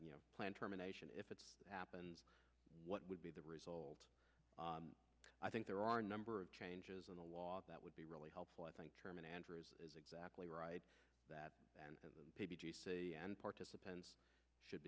you know plan terminations if it happens what would be the result i think there are a number of changes in the law that would be really helpful i think is exactly right that participants should